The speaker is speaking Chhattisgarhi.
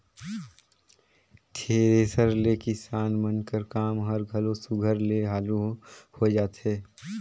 थेरेसर ले किसान मन कर काम हर घलो सुग्घर ले हालु होए जाथे